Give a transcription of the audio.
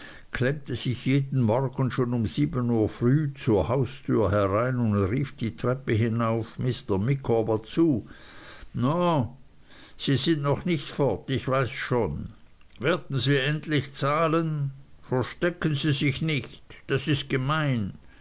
klemmte sich jeden morgen schon um sieben uhr früh zur haustüre herein und rief die treppe hinauf mr micawber zu no sie sind noch nicht fort weiß schon werden sie endlich zahlen verstecken sie sich nicht das ist gemein